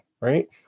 right